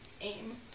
aim